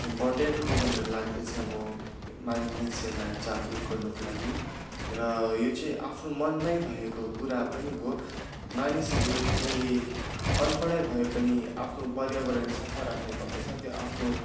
important हो भनेर लाग्दछ म मानिसहरूलाई जागरुक गर्नुको लागि र यो चाहिँ आफ्नो मनमै भएको कुरा पनि हो मानिसहरूले अनपढै भए पनि आफ्नो पर्यावरण सफा राख्ने गर्दछ त्यो आफ्नो